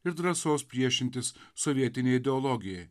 ir drąsos priešintis sovietinei ideologijai